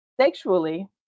sexually